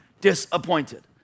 disappointed